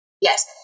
Yes